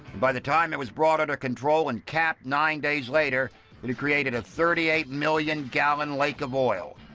by the time it was brought under control and capped nine days later it had created a thirty eight million gallon lake of oil.